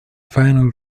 final